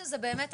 שזה באמת,